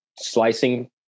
slicing